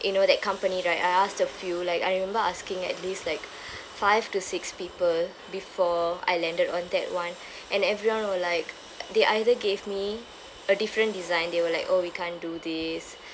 you know that company right I asked a few like I remember asking at least like five to six people before I landed on that [one] and everyone were like they either gave me a different design they were like oh we can't do this